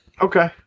okay